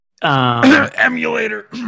Emulator